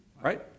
right